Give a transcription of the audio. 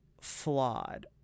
flawed